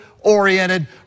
oriented